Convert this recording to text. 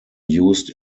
used